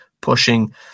pushing